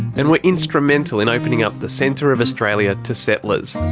and were instrumental in opening up the centre of australia to settlers.